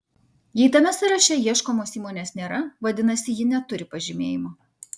jei tame sąraše ieškomos įmonės nėra vadinasi ji neturi pažymėjimo